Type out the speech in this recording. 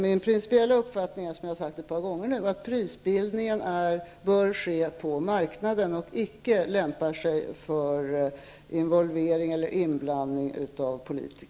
Min principiella uppfattning är, som jag har sagt nu ett par gånger, att pris